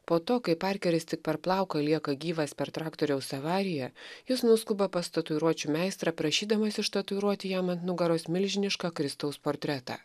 po to kai parkeris tik per plauką lieka gyvas per traktoriaus avariją jis nuskuba pas tatuiruočių meistrą prašydamas ištatuiruoti jam ant nugaros milžinišką kristaus portretą